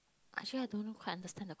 actually I don't know quite understand the